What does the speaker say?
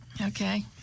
Okay